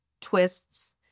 twists